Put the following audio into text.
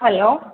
hello